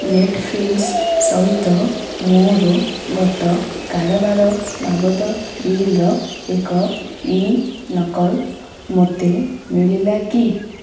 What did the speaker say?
Netflix ସହିତ ମୋର ଗତ କାରବାର ବାବଦ ବିଲର ଏକ ଇ ନକଲ ମୋତେ ମିଳିଲା କି